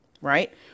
right